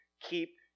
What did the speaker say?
Keep